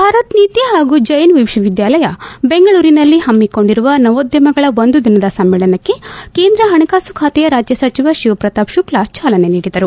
ಭಾರತ್ನೀತಿ ಹಾಗೂ ಚ್ಯನ್ ವಿಶ್ವವಿದ್ಯಾಲಯ ಬೆಂಗಳೂರಿನಲ್ಲಿ ಹಮ್ಕೊಂಡಿರುವ ನವೋದ್ಯಮಗಳ ಒಂದು ದಿನದ ಸಮ್ನೇಳನಕ್ಕೆ ಕೇಂದ್ರ ಪಣಕಾಸು ಖಾತೆಯ ರಾಜ್ಯ ಸಚಿವ ಶಿವಪ್ರತಾಪ್ ಶುಕ್ಷ ಚಾಲನೆ ನೀಡಿದರು